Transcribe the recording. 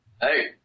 Hey